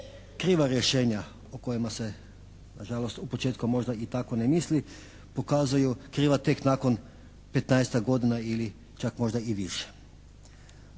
kriva rješenja o kojima se nažalost u početku možda i tako ne misli, pokazuju kriva tek nakon 15-tak godina ili čak možda i više.